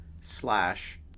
slash